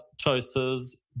choices